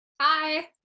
Hi